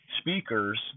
speakers